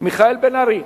מיכאל בן-ארי.